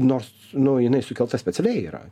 nors nu jinai sukelta specialiai yra